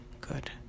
good